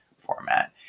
format